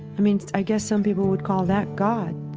i mean, i guess some people would call that god